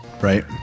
Right